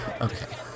Okay